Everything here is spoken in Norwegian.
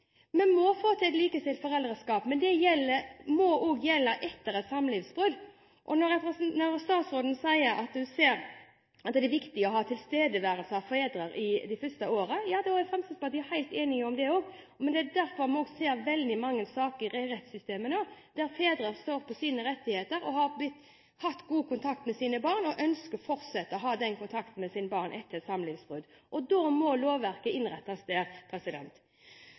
Vi må få til likestilt foreldreskap, men det må også gjelde etter et samlivsbrudd. Når statsråden sier hun ser det er viktig å ha tilstedeværelse av fedre det første året, ja, da er Fremskrittspartiet helt enig. Men vi ser også veldig mange saker i rettssystemet der fedre står på sine rettigheter, har hatt god kontakt med sine barn og ønsker å fortsette å ha den kontakten etter samlivsbrudd. Da må lovverket innrettes